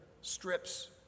strips